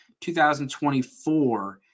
2024